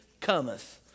cometh